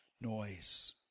noise